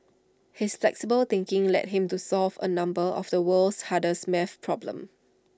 his flexible thinking led him to solve A number of the world's hardest math problems